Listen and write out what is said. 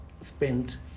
spent